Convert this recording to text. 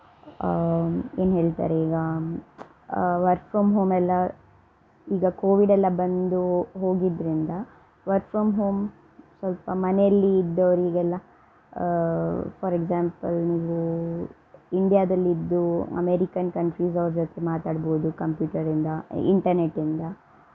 ಏನು ಹೇಳ್ತಾರೆ ಈಗ ವರ್ಕ್ ಫ್ರಮ್ ಹೋಮೆಲ್ಲಾ ಈಗ ಕೋವಿಡೆಲ್ಲ ಬಂದು ಹೋಗಿದ್ರಿಂದ ವರ್ಕ್ ಫ್ರಮ್ ಹೋಮ್ ಸ್ವಲ್ಪ ಮನೆಯಲ್ಲಿ ಇದ್ದವರಿಗೆಲ್ಲ ಫಾರ್ ಎಗ್ಸಾಂಪಲ್ ನೀವೂ ಇಂಡಿಯಾದಲ್ಲಿ ಇದ್ದು ಅಮೇರಿಕನ್ ಕಂಟ್ರೀಸ್ ಅವರ ಜೊತೆ ಮಾತಾಡ್ಬೌದು ಕಂಪ್ಯೂಟರಿಂದ ಇಂಟರ್ನೆಟ್ ಇಂದ